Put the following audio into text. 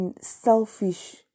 selfish